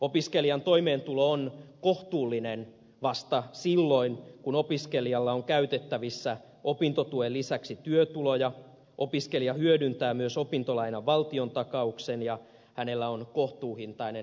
opiskelijan toimeentulo on kohtuullinen vasta silloin kun opiskelijalla on käytettävissä opintotuen lisäksi työtuloja opiskelija hyödyntää myös opintolainan valtiontakauksen ja hänellä on kohtuuhintainen asunto